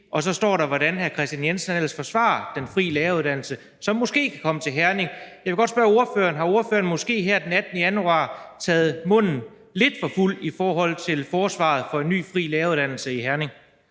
Og så står der ellers, hvordan hr. Kristian Jensen forsvarer den fri læreruddannelse, som måske kan komme til Herning. Men jeg vil godt spørge ordføreren: Har ordføreren her den 18. januar måske taget munden lidt for fuld i forhold til forsvaret for en ny fri læreruddannelse i Herning?